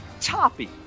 Toppy